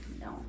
no